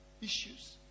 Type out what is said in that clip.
issues